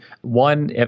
One